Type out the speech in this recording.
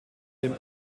dem